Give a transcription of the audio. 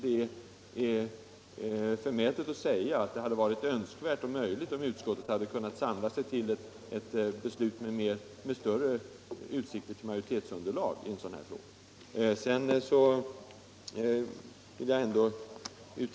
Det borde ha varit möjligt för utskottet att samla sig till ett beslut med större utsikter till bred majoritet i kammaren.